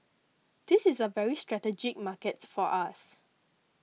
this is a very strategic market for us